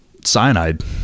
Cyanide